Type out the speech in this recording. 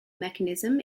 mechanism